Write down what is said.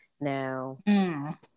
Now